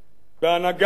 בהנהגת ראש הממשלה,